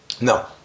No